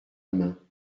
main